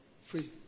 Free